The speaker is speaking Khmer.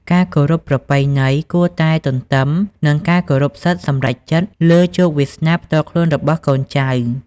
ការគោរពប្រពៃណី គួរតែដើរទន្ទឹមនឹងការគោរពសិទ្ធិសម្រេចចិត្តលើជោគវាសនាផ្ទាល់ខ្លួនរបស់កូនចៅ។